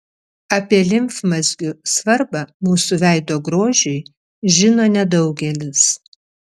apie limfmazgių svarbą mūsų veido grožiui žino nedaugelis